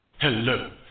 Hello